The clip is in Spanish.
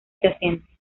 adyacente